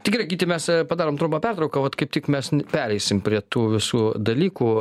tai gerai gyti mes padarom trumpą pertrauką vat kaip tik mes pereisim prie tų visų dalykų